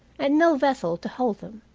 and no vessel to hold them.